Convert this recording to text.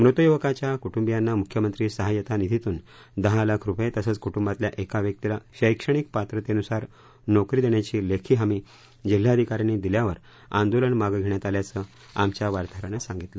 मृत युवकाच्या कुटुंबियांना मुख्यमंत्री सहाय्यता निधीतून दहा लाख रुपये तसंच कुटुंबातल्या एका व्यक्तीला शैक्षणिक पात्रतेनुसार नोकरी देण्याची लेखी हमी जिल्हाधिका यांनी दिल्यावर आंदोलन मागे घेण्यात आल्याचं आमच्या वार्ताहरानं सांगितलं